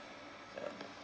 ya